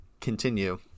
continue